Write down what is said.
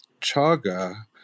chaga